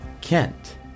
Kent